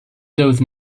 those